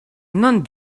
non